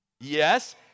Yes